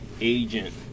agent